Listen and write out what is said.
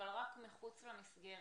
אבל רק מחוץ למסגרת.